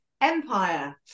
empire